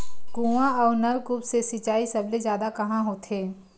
कुआं अउ नलकूप से सिंचाई सबले जादा कहां होथे?